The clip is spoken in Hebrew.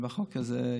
אם הצעת החוק תעבור,